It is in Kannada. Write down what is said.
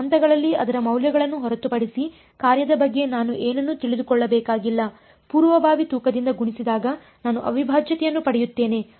ಕೆಲವು ಹಂತಗಳಲ್ಲಿ ಅದರ ಮೌಲ್ಯಗಳನ್ನು ಹೊರತುಪಡಿಸಿ ಕಾರ್ಯದ ಬಗ್ಗೆ ನಾನು ಏನನ್ನೂ ತಿಳಿದುಕೊಳ್ಳಬೇಕಾಗಿಲ್ಲ ಪೂರ್ವಭಾವಿ ತೂಕದಿಂದ ಗುಣಿಸಿದಾಗ ನಾನು ಅವಿಭಾಜ್ಯತೆಯನ್ನು ಪಡೆಯುತ್ತೇನೆ